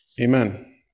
Amen